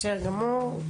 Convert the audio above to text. בסדר גמור.